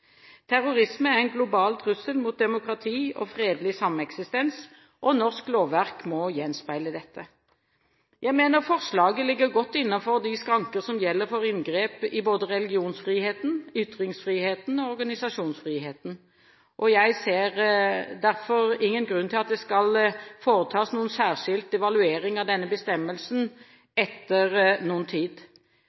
Terrorisme er en global trussel mot demokrati og fredelig sameksistens. Norsk lovverk må gjenspeile dette. Jeg mener forslaget ligger godt innenfor de skranker som gjelder for inngrep i religionsfriheten, ytringsfriheten og organisasjonsfriheten. Jeg ser derfor ingen grunn til at det skal foretas noen særskilt evaluering av denne bestemmelsen etter noen tid.